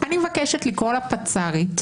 אני מבקשת לקרוא לפצ"רית,